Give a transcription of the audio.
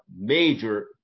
major